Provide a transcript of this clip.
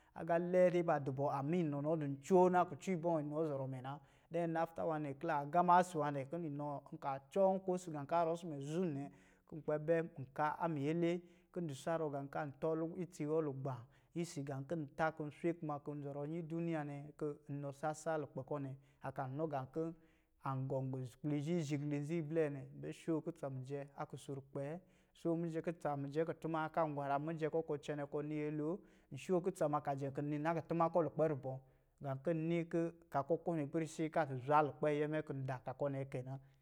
Agā lɛɛ dɛ ba du bɔ, amma inɔ nɔ di ncoo na, kucɔ ibɔ̄, inɔ zɔrɔ mɛ na wa nɛ, ki la gama isi wa nɛ, kɔ̄ ni nɔɔ, nka cɔɔnko isi gā ka zɔrɔ isi mɛ zum nɛ, kɔ̄ kpɛ n ka a miyɛlɛ kɔ̄ di savɔ gā ka tɔ itsi wɔ lugba isi gā kɔ̄ ta kɔ̄ swe kuma kin zɔrɔnyi duniya nɛ kɔ̄ inɔ sasa lukpɛ kɔ̄ nɛ. A kaa nɔ gā kɔ̄ an gɔm gu kpli izhizhigli nzi iblɛ nɛ. Nbɛ shookutsa mije a kusurkpɛɛ, sho mijɛ, kutsa mijɛ kutuma, kan gwaram mijɛ kɔ, kɔɔ cɛnɛ li kɔni nyɛlo, nshookutsa ma ka jɛ ki ni nakutuma kɔ lukpɛ rubɔ. Gā kin ni kɔ̄ ka kɔ ko nipɛrisi ka di zwa lukpɛyɛɛmɛ kɔ̄ da ka kɔ nɛ kɛ na.